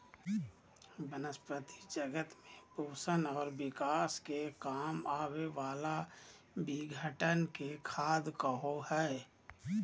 वनस्पती जगत में पोषण और विकास के काम आवे वाला विघटन के खाद कहो हइ